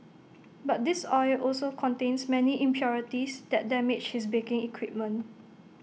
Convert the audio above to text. but this oil also contains many impurities that damage his baking equipment